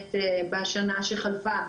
באמת בשנה שחלפה,